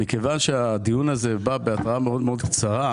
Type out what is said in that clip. מכיוון שהדיון הזה בא בהתראה מאוד, מאוד, קצרה.